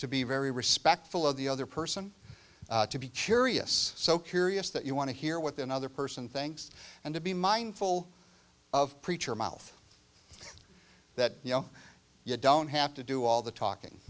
to be very respectful of the other person to be curious so curious that you want to hear what the other person thinks and to be mindful of preacher mouth that you know you don't have to do all the talking